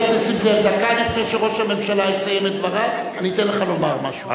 דקה לפני שראש הממשלה יסיים את דבריו אני אתן לך לומר משהו.